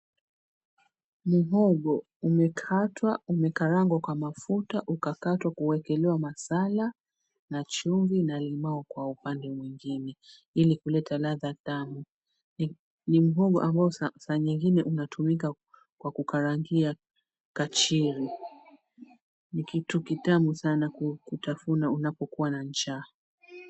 Mhogo umekatwa, umekarangwa kwa mafuta, ukakatwa kuwekelewa masala, na chumvi na limau kwa upande mwingine ili kuleta ladha tamu. Ni mhogo ambao saa nyingine unatumika kwa kukarangia kachiri . Ni kitu kitamu sana kutafuna unapokuwa na njaa.